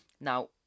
Now